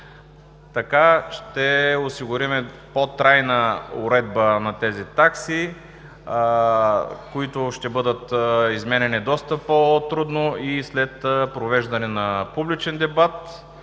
Така ще осигурим по-трайна уредба на тези такси, които ще бъдат изменяни доста по-трудно и след провеждане на публичен дебат,